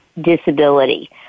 disability